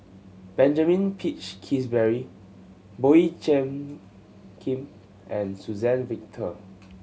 Benjamin Peach Keasberry Boey Cheng Kim and Suzann Victor